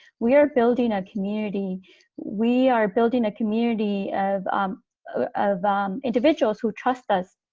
we are building a community we are building a community of of um individuals who trust us,